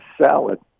salad